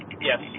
Yes